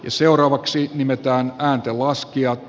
seuraavaksi nimetään ääntenlaskijat